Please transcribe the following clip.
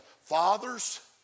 fathers